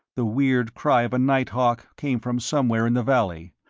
the weird cry of a night hawk came from somewhere in the valley,